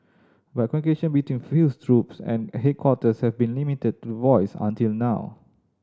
but communication between field troops and headquarters have been limited to voice until now